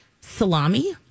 salami